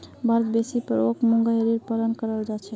भारतत बेसी पर ओक मूंगा एरीर पालन कराल जा छेक